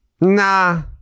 Nah